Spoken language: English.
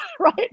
right